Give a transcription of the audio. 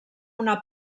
una